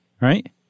right